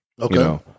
Okay